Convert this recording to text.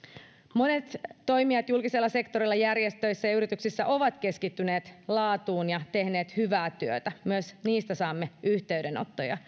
monet toimijat julkisella sektorilla järjestöissä ja yrityksissä ovat keskittyneet laatuun ja tehneet hyvää työtä ja myös siitä saamme yhteydenottoja